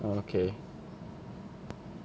okay